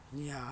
ya